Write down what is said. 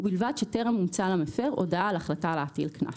ובלבד שטרם הומצאה למפר הודעה על החלטה להטיל קנס.